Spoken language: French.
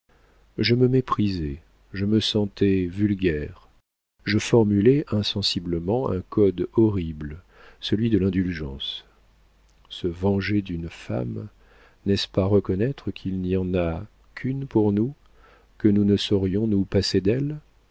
je me méprisais je me sentais vulgaire je formulais insensiblement un code horrible celui de l'indulgence se venger d'une femme n'est-ce pas reconnaître qu'il n'y en a qu'une pour nous que nous ne saurions nous passer d'elle